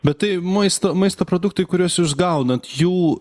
bet tai maisto maisto produktai kuriuos jūs gaunat jų